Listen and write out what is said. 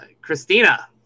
Christina